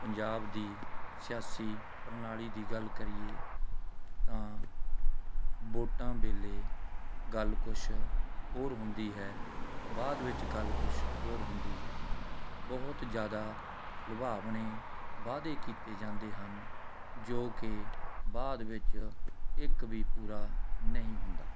ਪੰਜਾਬ ਦੀ ਸਿਆਸੀ ਪ੍ਰਣਾਲੀ ਦੀ ਗੱਲ ਕਰੀਏ ਤਾਂ ਵੋਟਾਂ ਵੇਲੇ ਗੱਲ ਕੁਝ ਹੋਰ ਹੁੰਦੀ ਹੈ ਬਾਅਦ ਵਿੱਚ ਗੱਲ ਕੁਝ ਹੋਰ ਹੁੰਦੀ ਹੈ ਬਹੁਤ ਜ਼ਿਆਦਾ ਲੁਭਾਵਣੇ ਵਾਅਦੇ ਕੀਤੇ ਜਾਂਦੇ ਹਨ ਜੋ ਕਿ ਬਾਅਦ ਵਿੱਚ ਇੱਕ ਵੀ ਪੂਰਾ ਨਹੀਂ ਹੁੰਦਾ